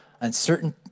uncertain